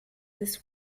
this